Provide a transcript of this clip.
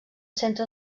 centre